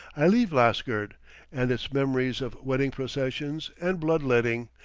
i leave lasgird and its memories of wedding processions, and blood-letting,